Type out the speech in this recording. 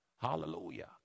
Hallelujah